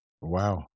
Wow